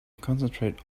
concentrate